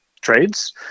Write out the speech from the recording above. trades